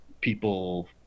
People